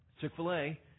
Chick-fil-A